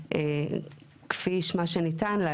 כפי שמה שניתן לה,